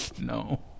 No